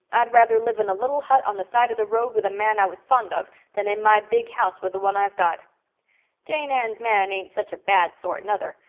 i'd rather live in a little hut on the side of the road with a man i was fond of than in my big house with the one i've got jane ann's man ain't such a bad sort, nuther,